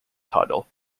title